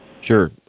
Sure